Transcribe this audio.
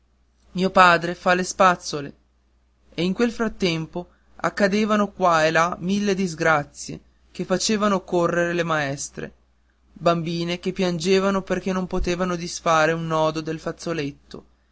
mio padre fa le spazzole e in quel frattempo accadevano qua e là mille disgrazie che facevano accorrere le maestre bambine che piangevano perché non potevano disfare un nodo del fazzoletto